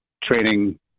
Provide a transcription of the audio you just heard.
training